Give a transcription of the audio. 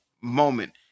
moment